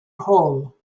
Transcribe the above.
hole